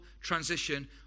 transition